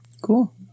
Cool